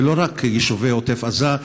ולא רק יישובי עוטף עזה,